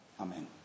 Amen